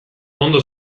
ondo